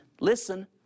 listen